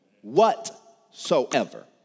Whatsoever